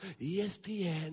ESPN